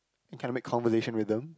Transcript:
he kind of make conversation with them